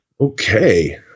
Okay